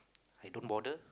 I don't bother